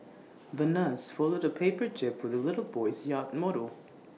the nurse folded A paper jib for the little boy's yacht model